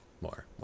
more